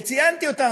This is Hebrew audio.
וציינתי אותן,